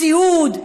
סיעוד.